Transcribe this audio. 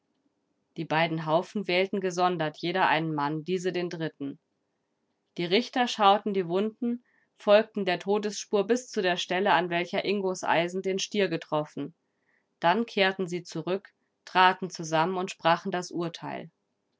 die beiden haufen wählten gesondert jeder einen mann diese den dritten die richter schauten die wunden folgten der todesspur bis zu der stelle an welcher ingos eisen den stier getroffen dann kehrten sie zurück traten zusammen und sprachen das urteil